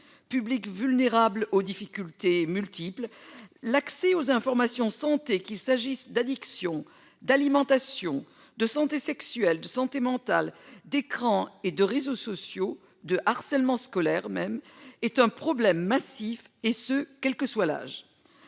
public vulnérable aux difficultés multiples. L'accès aux informations santé qu'il s'agisse d'addiction d'alimentation de santé sexuelle de santé mentale d'écrans et de réseaux sociaux de harcèlement scolaire même est un problème massif, et ce quel que soit l'âge.